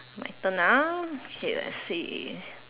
my turn now okay let's see